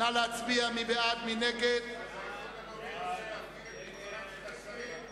ההסתייגות של קבוצת סיעת האיחוד הלאומי לסעיף 03,